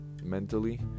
mentally